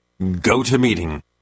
GoToMeeting